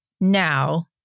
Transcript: now